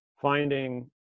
finding